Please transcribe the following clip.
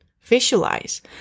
visualize